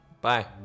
bye